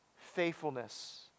faithfulness